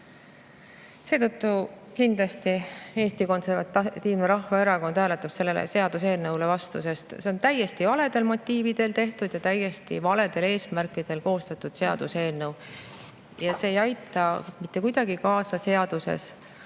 Seetõttu kindlasti Eesti Konservatiivne Rahvaerakond hääletab selle seaduseelnõu vastu. See on täiesti valedel motiividel tehtud ja täiesti valedel eesmärkidel koostatud seaduseelnõu. Ja see [seadus] ei aitaks mitte kuidagi kaasa seletuskirjas